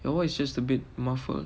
well what is just a bit muffled